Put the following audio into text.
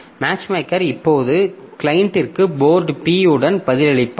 matchmaker இப்போது கிளையண்டிற்கு port P உடன் பதிலளிப்பார்